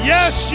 Yes